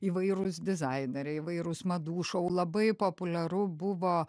įvairūs dizaineriai įvairūs madų šou labai populiaru buvo